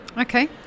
Okay